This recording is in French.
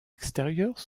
extérieurs